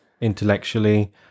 intellectually